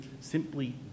simply